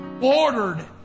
Ordered